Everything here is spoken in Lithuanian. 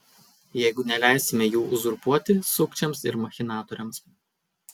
jeigu neleisime jų uzurpuoti sukčiams ir machinatoriams